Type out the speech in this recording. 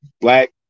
black